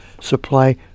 Supply